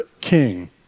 king